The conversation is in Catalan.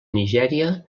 nigèria